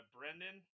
Brendan